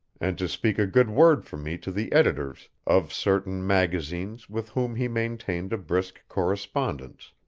and to speak a good word for me to the editors of certain magazines with whom he maintained a brisk correspondence,